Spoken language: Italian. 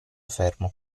fermo